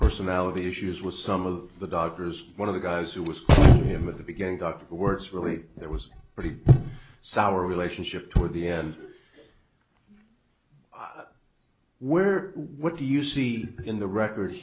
personality issues with some of the doctors one of the guys who was him at the beginning dr who works really there was pretty sour relationship toward the end where what do you see in the record